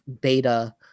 beta